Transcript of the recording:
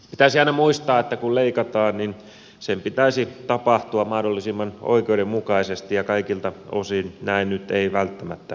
pitäisi aina muistaa että kun leikataan niin sen pitäisi tapahtua mahdollisimman oikeudenmukaisesti ja kaikilta osin näin nyt ei välttämättä tapahdu